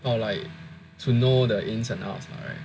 oh like to know the ins and outs lah right